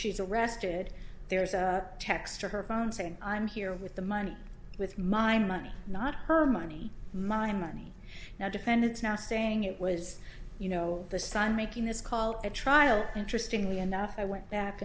arrested there's a text to her phone saying i'm here with the money with my money not her money my money now defendants now saying it was you know the sign making this call at trial interesting enough i went back